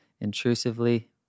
intrusively